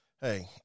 hey